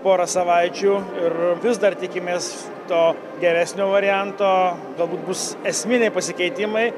porą savaičių ir vis dar tikimės to geresnio varianto galbūt bus esminiai pasikeitimai